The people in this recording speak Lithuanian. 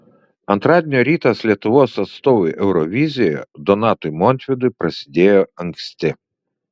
antradienio rytas lietuvos atstovui eurovizijoje donatui montvydui prasidėjo anksti